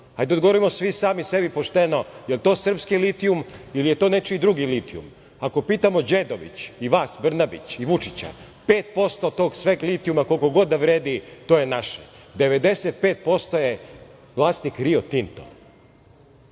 Ajde da odgovorimo sami sebi pošteno da - jel to srpski litijum ili je to nečiji drugi litijum? Ako pitamo Đedović i vas Brnabić i Vučića, 5% od tog svog litijuma koliko god vredi, to je naše, 95% je vlasnik Rio Tinto.